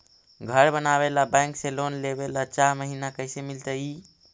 घर बनावे ल बैंक से लोन लेवे ल चाह महिना कैसे मिलतई?